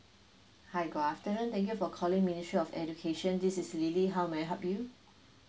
hi good afternoon thank you for calling ministry of education this is lily how may I help you